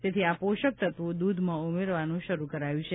તેથી આ પોષકતત્વો દૂધમાં ઉમેરવાનું શરૂ કરાયું છે